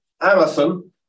Amazon